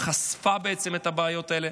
חשפה את הבעיות האלה,